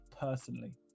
personally